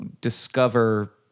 discover